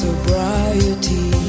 Sobriety